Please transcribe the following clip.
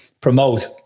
promote